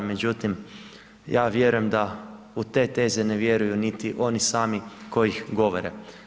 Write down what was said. Međutim vjerujem da u te teze ne vjeruju niti oni sami koji ih govore.